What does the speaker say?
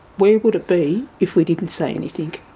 where would it be if we didn't say anything,